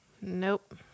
Nope